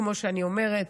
כמו שאני אומרת,